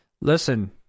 Listen